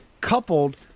coupled